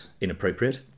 inappropriate